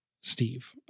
Steve